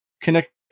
connect